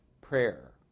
Prayer